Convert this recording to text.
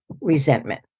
resentment